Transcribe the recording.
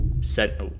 set